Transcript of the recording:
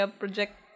project